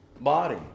body